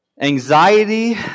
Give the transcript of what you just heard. Anxiety